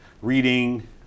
reading